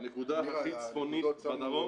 הנקודה הכי צפונית בדרום,